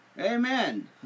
Amen